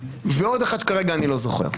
ועוד אחד שכרגע אני לא זוכר.